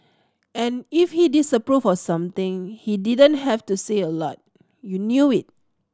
and if he disapproved of something he didn't have to say a lot you knew it